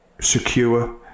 secure